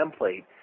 template